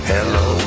Hello